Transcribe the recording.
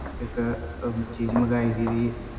इक चीज मंगाई दी